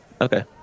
Okay